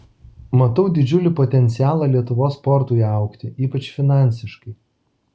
matau didžiulį potencialą lietuvos sportui augti ypač finansiškai